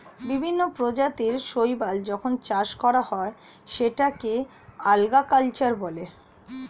বিভিন্ন প্রজাতির শৈবাল যখন চাষ করা হয় সেটাকে আল্গা কালচার বলে